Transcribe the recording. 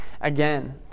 again